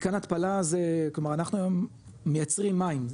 מתקן התפלה זה כלומר אנחנו היום מייצרים מים,